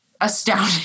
astounding